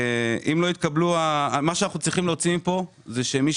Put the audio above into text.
מה שאנחנו צריכים להוציא מכאן זה שמי